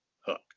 hook